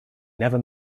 never